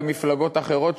במפלגות אחרות,